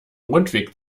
rundweg